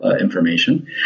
information